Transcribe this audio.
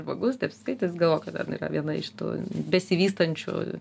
žmogus neapsiskaitęs galvoja kad ten yra viena iš tų besivystančių